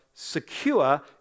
secure